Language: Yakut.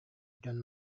дьон